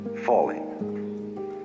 Falling